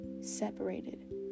separated